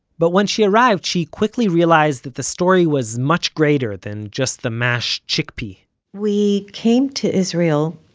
but when she arrived she quickly realized that the story was much greater than just the mashed chickpea we came to israel,